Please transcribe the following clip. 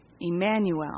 Emmanuel